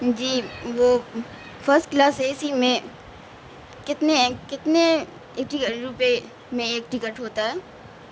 جی وہ first class A C میں کتنے کتنے روپے میں ایک ٹکٹ ہوتا ہے